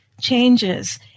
changes